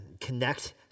connect